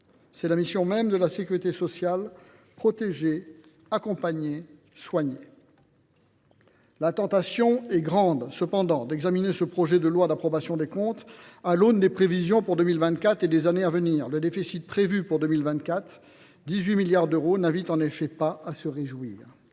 C’est la mission même de la sécurité sociale : protéger, accompagner, soigner. La tentation est grande cependant d’examiner ce projet de loi d’approbation des comptes à l’aune des prévisions pour 2024 et des années à venir. Le déficit prévu pour 2024 – 18 milliards d’euros – n’invite en effet pas à se réjouir.